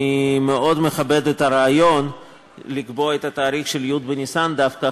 אני מאוד מכבד את הרעיון לקבוע את התאריך י' בניסן דווקא,